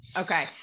Okay